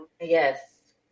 Yes